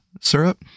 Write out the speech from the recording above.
syrup